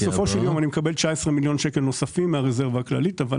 בסופו של יום אני מקבל 19 מיליון שקל נוספים מהרזרבה הכללית אבל